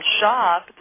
shop